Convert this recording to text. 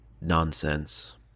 Nonsense